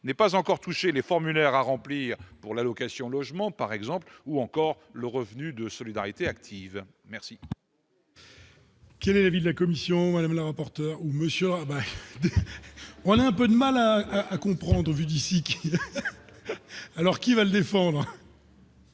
n'est pas encore touché les formulaires à remplir pour l'allocation logement, par exemple, ou encore le Revenu de Solidarité Active merci.